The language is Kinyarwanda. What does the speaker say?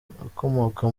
ukomoka